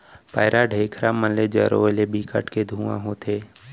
पैरा, ढेखरा मन ल जरोए ले बिकट के धुंआ होथे